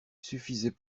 suffisait